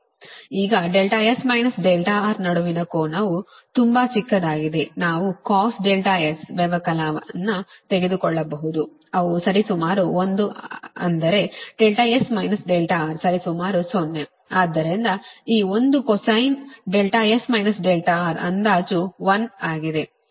ಈಗ S R ನಡುವಿನ ಕೋನವು ತುಂಬಾ ಚಿಕ್ಕದಾಗಿದೆ ನಾವು cos δS ವ್ಯವಕಲನ ಅನ್ನು ತೆಗೆದುಕೊಳ್ಳಬಹುದು ಅವು ಸರಿಸುಮಾರು 1 ಅಂದರೆ S R ಸರಿಸುಮಾರು 0 ಆದ್ದರಿಂದ ಈ ಒಂದು cosine S Rಅಂದಾಜು 1 ಆಗಿದೆ